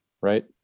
right